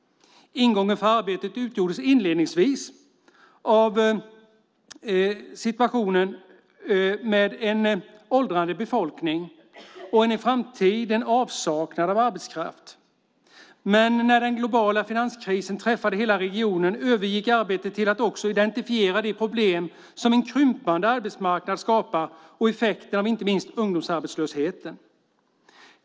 Ingången för arbetet utgjordes inledningsvis av situationen med en åldrande befolkning och en i framtiden avsaknad av arbetskraft. Men när den globala finanskrisen träffade hela regionen övergick arbetet till att också identifiera de problem som en krympande arbetsmarknad skapar och effekterna av inte minst ungdomsarbetslösheten.